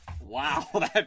Wow